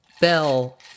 bell